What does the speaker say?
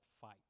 fight